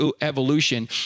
evolution